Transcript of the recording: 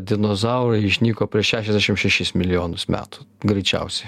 dinozaurai išnyko prieš šešiasdešim šešis milijonus metų greičiausiai